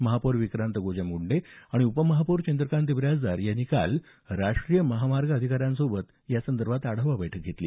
महापौर विक्रांत गोजमगुंडे आणि उपमहापौर चंद्रकांत बिराजदार यांनी काल राष्ट्रीय महामार्ग अधिकाऱ्यांसोबत यासंदर्भात आढावा बैठक घेतली